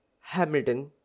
Hamilton